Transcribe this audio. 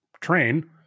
train